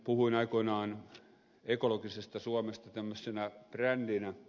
puhuin aikoinani ekologisesta suomesta tämmöisenä brändinä